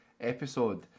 episode